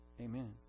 Amen